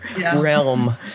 realm